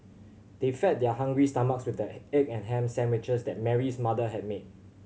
they fed their hungry stomachs with the egg and ham sandwiches that Mary's mother had made